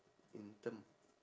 in turn